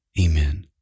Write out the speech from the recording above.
Amen